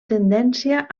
tendència